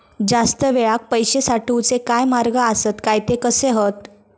जास्त वेळाक पैशे साठवूचे काय मार्ग आसत काय ते कसे हत?